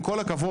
עם כל הכבוד,